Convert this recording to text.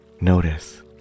Notice